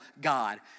God